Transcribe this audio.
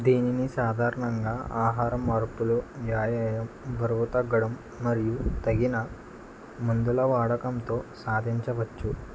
దీనిని సాధారణంగా ఆహార మార్పులు వ్యాయామం బరువు తగ్గడం మరియు తగిన మందుల వాడకంతో సాధించవచ్చు